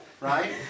right